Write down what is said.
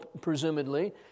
presumably